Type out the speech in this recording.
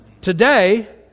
Today